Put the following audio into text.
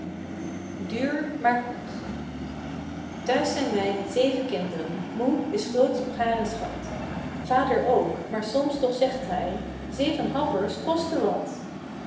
duur maar goed thuis zijn wij met zeven kind'ren moe is grootsch op haren schat vader ook maar soms toch zegt hij zeven happers kosten wat